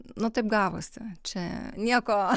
nu taip gavosi čia nieko